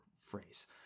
phrase